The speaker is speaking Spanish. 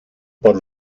por